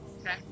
Okay